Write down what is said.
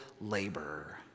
labor